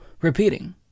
repeating